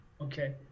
Okay